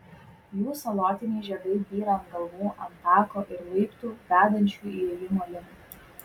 jų salotiniai žiedai byra ant galvų ant tako ir laiptų vedančių įėjimo link